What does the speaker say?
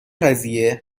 قضیه